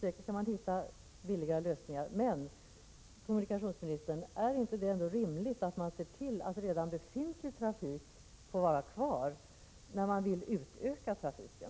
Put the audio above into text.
Säkert kan man hitta billigare lösningar. Men, kommunikationsministern, är det ändå inte rimligt att man ser till att redan befintlig trafik får vara kvar när man vill utöka trafiken?